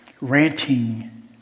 ranting